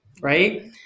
Right